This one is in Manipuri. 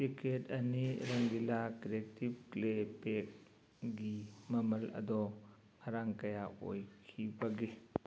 ꯄꯦꯀꯦꯠ ꯑꯅꯤ ꯔꯪꯒꯤꯂꯥ ꯀ꯭ꯔꯤꯌꯦꯇꯤꯞ ꯀ꯭ꯂꯦ ꯄꯦꯛꯒꯤ ꯃꯃꯜ ꯑꯗꯣ ꯉꯔꯥꯡ ꯀꯌꯥ ꯑꯣꯏꯈꯤꯕꯒꯦ